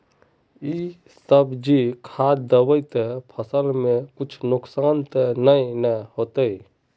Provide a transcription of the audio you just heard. इ सब जे खाद दबे ते फसल में कुछ नुकसान ते नय ने होते